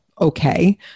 okay